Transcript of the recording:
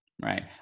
Right